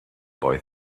boy